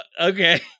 okay